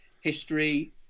history